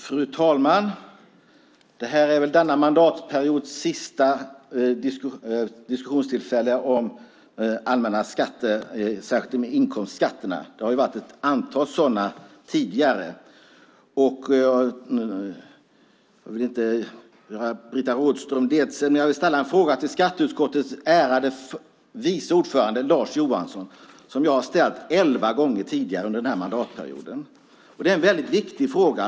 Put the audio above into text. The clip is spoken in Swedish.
Fru talman! Detta är denna mandatperiods sista diskussionstillfälle om allmänna skatter, särskilt inkomstskatterna. Det har varit ett antal sådana tidigare. Jag vill inte göra Britta Rådström ledsen. Men jag vill ställa en fråga till skatteutskottets ärade vice ordförande Lars Johansson. Jag har ställt den elva gånger tidigare under denna mandatperiod. Det är en viktig fråga.